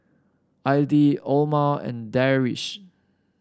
Aidil Omar and Deris